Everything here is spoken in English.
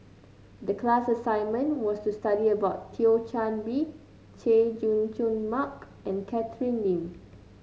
the class assignment was to study about Thio Chan Bee Chay Jung Jun Mark and Catherine Lim